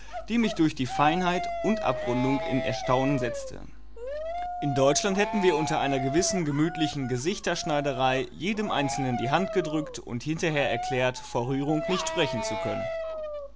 die mich durch die feinheit und abrundung in erstaunen setzte in deutschland hätten wir unter einer gewissen gemütlichen gesichterschneiderei jedem einzelnen die hand gedrückt und hinterher erklärt vor rührung nicht sprechen zu können